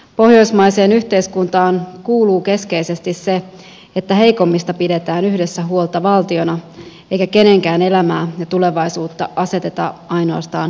pohjoismaiseen yhteiskuntaan kuuluu keskeisesti se että heikommista pidetään yhdessä huolta valtiona eikä kenenkään elämää ja tulevaisuutta aseteta ainoastaan hyväntekeväisyyden varaan